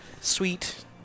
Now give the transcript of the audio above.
Sweet